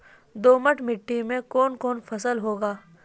दोमट मिट्टी मे कौन कौन फसल होगा?